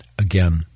again